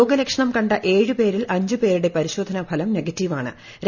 രോഗലക്ഷണം കണ്ട ഏഴ് പേരിൽ അഞ്ചു പേരുടെ പരിശോധന ഫലം നെഗറ്റീവ് ആണ്